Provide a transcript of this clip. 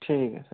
ठीक है सर